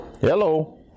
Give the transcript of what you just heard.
Hello